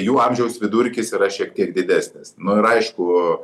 jų amžiaus vidurkis yra šiek tiek didesnis nu ir aišku